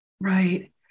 Right